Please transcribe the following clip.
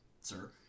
Sir